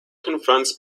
confronts